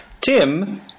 Tim